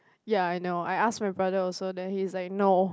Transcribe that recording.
ya I know I ask my brother also then he's like no